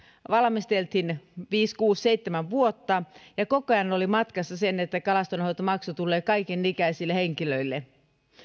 valmisteltiin viisi kuusi seitsemän vuotta ja koko ajan oli matkassa se että kalastonhoitomaksu tulee kaikenikäisille henkilöille